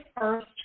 first